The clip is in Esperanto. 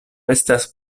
estas